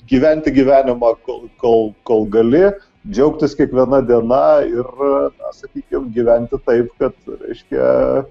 gyventi gyvenimą kol kol kol gali džiaugtis kiekviena diena ir sakykim gyventi taip kad reiškia